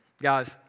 guys